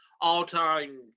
all-time